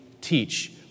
teach